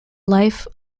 life